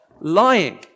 lying